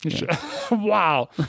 Wow